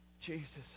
Jesus